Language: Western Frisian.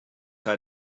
sei